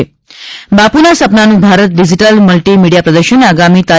બાપુના સપનાનું Bharat digital multimedia પ્રદર્શન આગામી તા